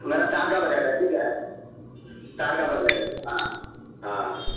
میرا چارگاں بجے کا ہے ٹھیک ہے چارگاں بجے کے ل ہاں ہاں